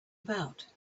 about